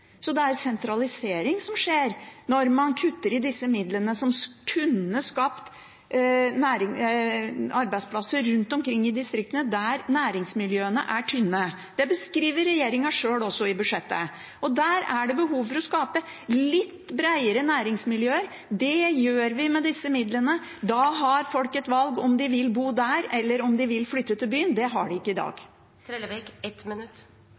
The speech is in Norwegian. Det er sentralisering som skjer når man kutter i disse midlene, som kunne skapt arbeidsplasser rundt omkring i distriktene der næringsmiljøene er tynne. Det beskriver også regjeringen sjøl i budsjettet. Der er det behov for å skape litt bredere næringsmiljøer. Det gjør vi med disse midlene. Da har folk et valg om de vil bo der, eller om de vil flytte til byen. Det har de ikke i